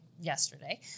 yesterday